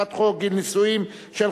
הצעת חוק גיל נישואין (תיקון,